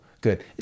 Good